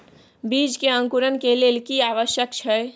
बीज के अंकुरण के लेल की आवश्यक छै?